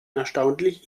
erstaunlich